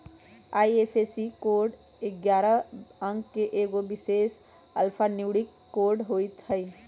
IFSC code ऐगारह अंक के एगो विशेष अल्फान्यूमैरिक कोड होइत हइ